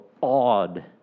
awed